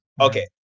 okay